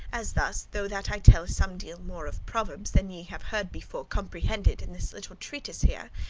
as thus, though that i telle somedeal more of proverbes, than ye have heard before comprehended in this little treatise here,